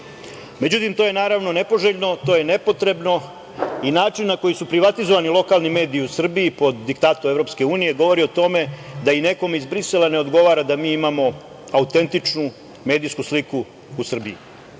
red.Međutim, to je naravno nepoželjno, to je nepotrebno i način na koji su privatizovani lokalni mediji u Srbiji po diktatu EU govori o tome da i nekome iz Brisela ne odgovara da mi imamo autentičnu medijsku sliku u Srbiji. Šta